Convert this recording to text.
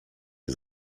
się